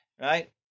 right